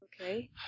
okay